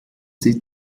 sie